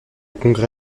congrès